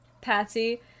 Patsy